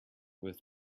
with